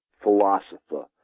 philosopher